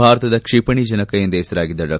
ಭಾರತದ ಕ್ಷಿಪಣಿ ಜನಕ ಎಂದೇ ಹೆಸರಾಗಿದ್ದ ಡಾ